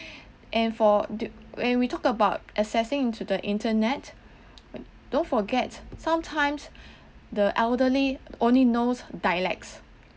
and for du~ when we talk about accessing to the internet don't forget sometimes the elderly only knows dialects